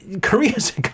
Korea's